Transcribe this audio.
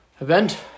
event